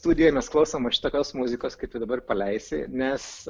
studijoj mes klausom va šitokios muzikos kaip tu dabar paleisi nes